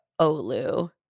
olu